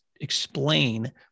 explain